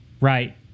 Right